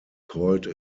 called